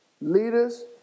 leaders